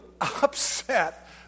upset